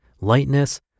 lightness